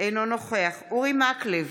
אינו נוכח אורי מקלב,